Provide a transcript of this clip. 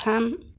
थाम